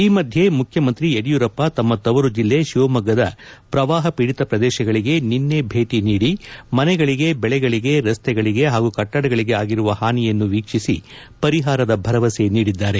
ಈ ಮಧ್ಯೆ ಮುಖ್ಯಮಂತ್ರಿ ಯಡಿಯೂರಪ್ಪ ತಮ್ಮ ತವರು ಜಿಲ್ಲೆ ಶಿವಮೊಗ್ಗದ ಪ್ರವಾಹಪೀಡಿತ ಪ್ರದೇಶಗಳಿಗೆ ನಿನ್ನೆ ಭೇಟಿ ನೀಡಿ ಮನೆಗಳಿಗೆ ಬೆಳೆಗಳಿಗೆ ರಸ್ತೆಗಳಿಗೆ ಹಾಗೂ ಕಟ್ಟಡಗಳಿಗೆ ಆಗಿರುವ ಹಾನಿಯನ್ನು ವೀಕ್ಷಿಸಿ ಪರಿಹಾರದ ಭರವಸೆ ನೀಡಿದ್ದಾರೆ